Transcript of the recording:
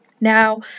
Now